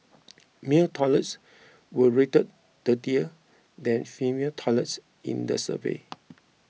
male toilets were rated dirtier than female toilets in the survey